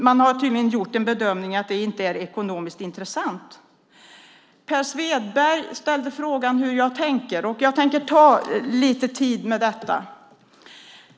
Man har tydligen gjort bedömningen att den inte är ekonomiskt intressant. Per Svedberg frågade hur jag tänker. Jag ska ägna lite tid åt detta.